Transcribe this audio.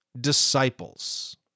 disciples